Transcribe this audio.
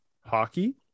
hockey